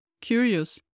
curious